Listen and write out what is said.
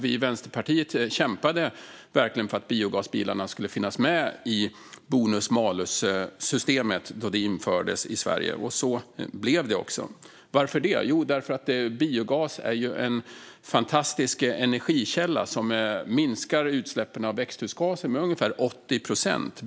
Vi i Vänsterpartiet kämpade verkligen för att biogasbilarna skulle finnas med i bonus-malus-systemet när det infördes i Sverige. Så blev det också. Varför? Jo, för att biogas är en fantastisk energikälla som minskar utsläppen av växthusgaser med ungefär 80 procent.